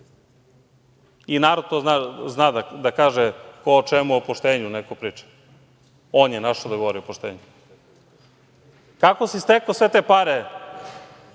Narod to zna da kaže „ko o čemu, o poštenju neko priča“, on je našao da govori o poštenju. Kako si stekao sve te pare,